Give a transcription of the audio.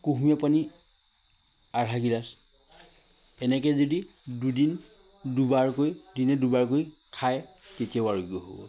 কুহুমীয়া পানী আধা গিলাচ এনেকৈ যদি দুদিন দুবাৰকৈ দিনে দুবাৰকৈ খায় তেতিয়াও আৰোগ্য হ'ব